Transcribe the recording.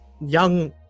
young